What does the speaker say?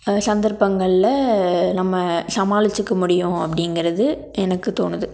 சந்தர்ப்பங்களில் நம்ம சமாளிச்சிக்க முடியும் அப்படிங்கிறது எனக்கு தோணுது